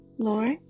Lord